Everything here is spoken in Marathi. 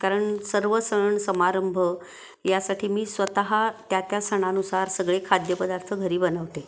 कारण सर्व सण समारंभ यासाठी मी स्वतः त्या त्या सणानुसार सगळे खाद्यपदार्थ घरी बनवते